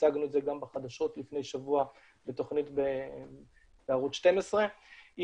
הצגנו את זה גם בחדשות לפני שבוע בתכנית בערוץ 12. היא